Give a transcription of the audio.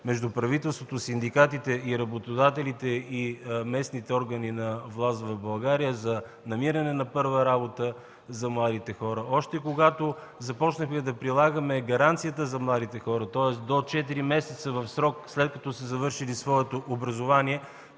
между правителството, синдикатите и работодателите и местните органи на власт в България за намиране на първа работа за младите хора; още когато започнахме да прилагаме гаранцията за младите хора – тоест до четири месеца в срок, след като са завършили своето образование,